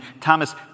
Thomas